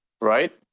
right